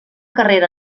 carrera